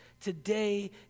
today